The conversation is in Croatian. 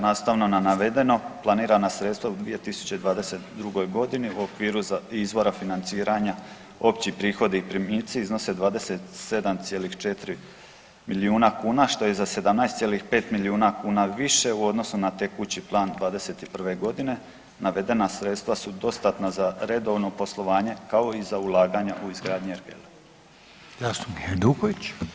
Nastavno na navedeno, planirana sredstva u 2022. g. u okviru izvora financiranja opći prihodi i primici iznose 27,4 milijuna kuna, što je za 17,5 milijuna kuna više u odnosu na tekući plan '21. g. Navedena sredstva su dostatna za redovno poslovanje, kao i za ulaganje u izgradnju ergele.